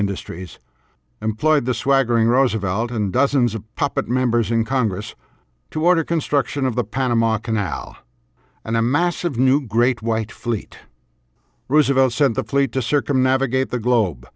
industries employed the swaggering roosevelt and dozens of puppet members in congress to order construction of the panama canal and a massive new great white fleet roosevelt sent the fleet to circumnavigate the globe